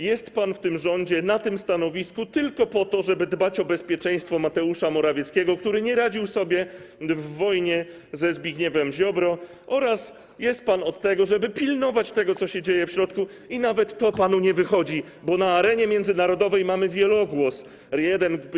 Jest pan w tym rządzie, na tym stanowisku tylko po to, żeby dbać o bezpieczeństwo Mateusza Morawieckiego, który nie radził sobie w wojnie ze Zbigniewem Ziobro, oraz jest pan od tego, żeby pilnować tego, co się dzieje w środku, i nawet to panu nie wychodzi, bo na arenie międzynarodowej mamy wielogłos.